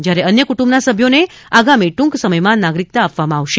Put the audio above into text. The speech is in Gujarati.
જ્યારે અન્ય કુટુંબના સભ્યોને આગામી ટ્રંક સમયમાં આપવામાં આવશે